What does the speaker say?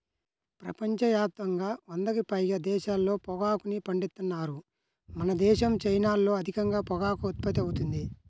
ప్రపంచ యాప్తంగా వందకి పైగా దేశాల్లో పొగాకుని పండిత్తన్నారు మనదేశం, చైనాల్లో అధికంగా పొగాకు ఉత్పత్తి అవుతుంది